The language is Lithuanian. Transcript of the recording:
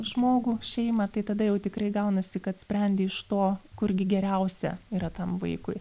žmogų šeimą tai tada jau tikrai gaunasi kad sprendi iš to kurgi geriausia yra tam vaikui